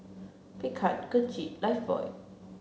Picard Gucci and Lifebuoy